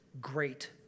great